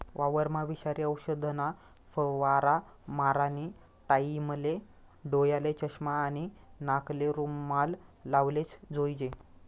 वावरमा विषारी औषधना फवारा मारानी टाईमले डोयाले चष्मा आणि नाकले रुमाल लावलेच जोईजे